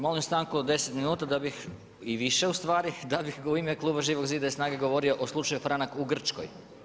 Molim stanku od 10 minuta da bih i više u stvari, da bih u ime kluba Živog zida i SNAGA-e govorio o slučaju Franak u Grčkoj.